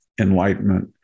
enlightenment